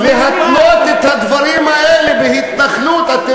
מה שאתה אומר זו חוצפה.